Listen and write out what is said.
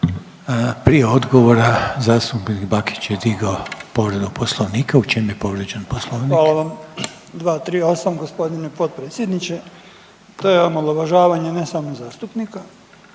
Prije odgovora zastupnik Bakić je digao povredu poslovnika, u čem je povrijeđen poslovnik? **Bakić, Damir (Možemo!)** Hvala vam. 238. g. potpredsjedniče, to je omalovažavanje ne samo zastupnika,